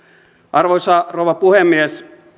arvoisa rouva puhemies